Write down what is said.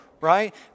right